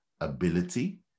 ability